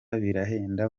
birahenda